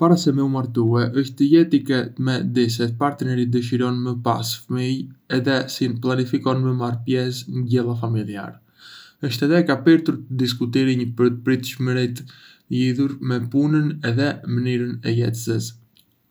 Para se me u martue, është jetike me di se partneri dëshiron me pasë fëmijë edhe si planifikon me marrë pjesë në gjella familjare. Është edhé e kapirtur të diskutirënj për pritshmëritë lidhur me punën edhe mënyrën e jetesës.